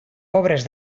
obres